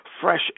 fresh